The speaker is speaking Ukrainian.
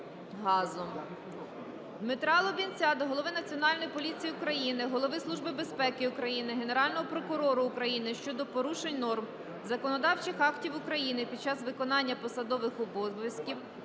Дмитра Лубінця до Голови Національної поліції України, Голови Служби безпеки України, Генерального прокурора України щодо порушень норм законодавчих актів України під час виконання посадових обов'язків